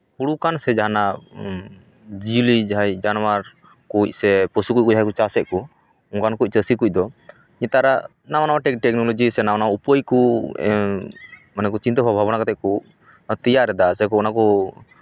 ᱦᱩᱲᱩ ᱠᱟᱱ ᱥᱮ ᱡᱟᱦᱟᱱᱟᱜ ᱡᱤᱭᱟᱹᱞᱤ ᱡᱟᱦᱟᱸᱭ ᱡᱟᱱᱣᱟᱨ ᱠᱚ ᱯᱚᱥᱩ ᱠᱚᱜᱮ ᱡᱟᱦᱟᱸᱭ ᱠᱚ ᱪᱟᱥᱮᱫ ᱠᱚ ᱚᱱᱠᱟᱱ ᱠᱚ ᱪᱟᱹᱥᱤ ᱠᱚᱫᱚ ᱱᱮᱛᱟᱨᱟᱜ ᱱᱟᱣᱟ ᱱᱟᱣᱟ ᱴᱮᱠ ᱴᱮᱠᱱᱳᱞᱚᱡᱤ ᱥᱮ ᱱᱟᱣᱟ ᱱᱟᱣᱟ ᱩᱯᱟᱹᱭ ᱠᱚ ᱢᱟᱱᱮ ᱪᱤᱱᱛᱟᱹ ᱵᱷᱟᱵᱽᱱᱟ ᱠᱥᱟᱛᱮᱜ ᱠᱚ ᱛᱮᱭᱟᱨᱫᱟ ᱥᱮ ᱠᱚ ᱚᱱᱟ ᱠᱚ